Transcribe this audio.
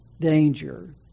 danger